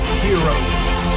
heroes